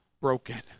broken